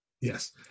Yes